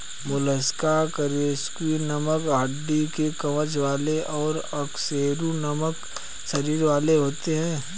mollusc कशेरुकी नरम हड्डी के कवर वाले और अकशेरुकी नरम शरीर वाले होते हैं